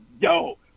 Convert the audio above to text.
yo